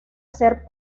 ser